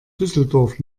düsseldorf